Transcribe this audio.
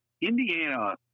Indiana –